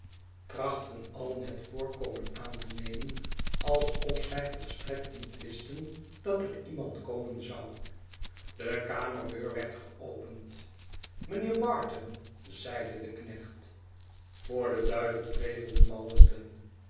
trachtten alien het voorkomen aan te nemen alsof zij volstrekt niet wisten dat er iemand komen zou de kamerdeur werd geopend mijnheer barton zeide de knecht voor den duivel prevelde malderton